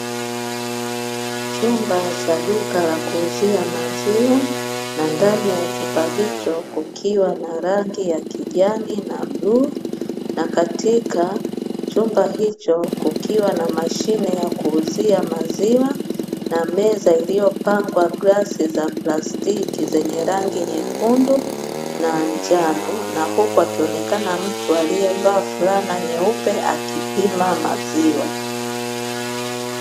Chumba cha duka la kuuziwa maziwa, na ndani ya chumba hicho kukiwa na rangi ya kijani na bluu, na katika chumba hicho kukiwa na mashine ya kuuzia maziwa na meza iliyopakwa glasi za plastiki zenye rangi nyekundu na njano, na huku akionekana mtu alievaa flana nyeupe akipima maziwa.